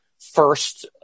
first